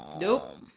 Nope